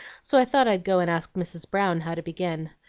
so i thought i'd go and ask mrs. brown how to begin.